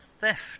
theft